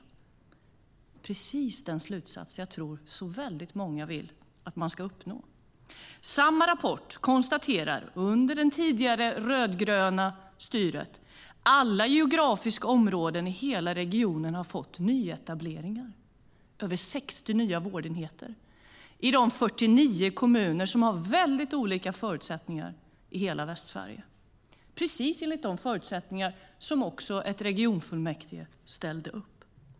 Det är precis den slutsats jag tror att så många vill ska uppnås. Samma rapport konstaterar att under det tidigare rödgröna styret har alla geografiska områden i hela regionen fått nyetableringar. Det är fråga om över 60 nya vårdenheter i 49 kommuner i hela Västsverige med mycket olika förutsättningar. Det är precis enligt de förutsättningar som regionfullmäktige ställde upp.